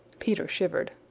peter shivered.